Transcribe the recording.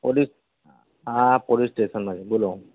police હા police સ્ટેશનમાંથી બોલો